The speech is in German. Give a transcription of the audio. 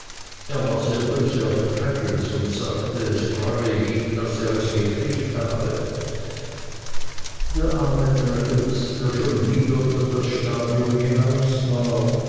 er war sehr böse auf traddles und sagte es freue ihn daß er es gekriegt habe der arme traddles der schon wieder über das stadium hinaus war